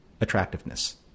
attractiveness